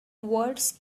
words